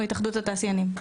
אנחנו התאחדות התעשיינים.